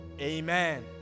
Amen